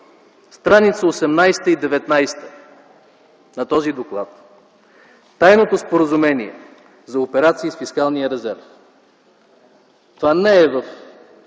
стр. 18 и 19 на този доклад – тайното споразумение за операции с фискалния резерв, това не е